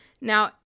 now